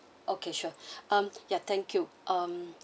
okay sure mm yeah thank you mm